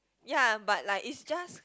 ya but like it's just